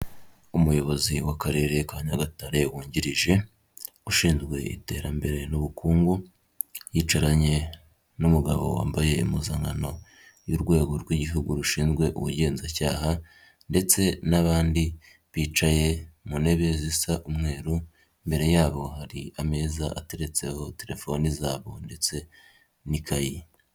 Umuyobozi w'Akarere ka Nyagatare wungirije ushinzwe iterambere n'ubukungu, yicaranye n'umugabo wambaye impuzankano y'urwego rw'igihugu rushinzwe ubugenzacyaha, ndetse n'abandi bicaye mu ntebe zisa umweru, imbere yabo hari ameza ateretseho telefoni zabo ndetse n'ikayi.